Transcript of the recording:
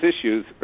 issues